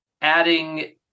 adding